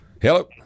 Hello